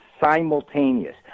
simultaneous